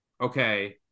okay